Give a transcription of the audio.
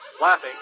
Laughing